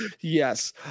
Yes